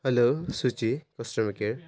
hello सूची customer care